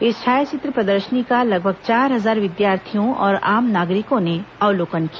इस छायाचित्र प्रदर्शनी का लगभग चार हजार विद्यार्थियों और आम नागरिकों ने अवलोकन किया